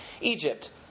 Egypt